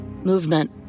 Movement